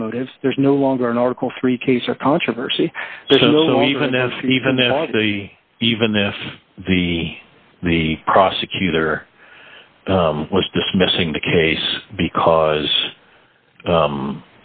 its motives there's no longer an article three case or controversy even as even that even if the the prosecutor was dismissing the case because